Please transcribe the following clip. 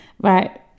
Right